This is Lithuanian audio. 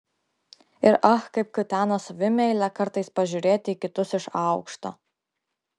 ir ach kaip kutena savimeilę kartais pažiūrėti į kitus iš aukšto